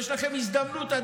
יש לכם עדיין הזדמנות,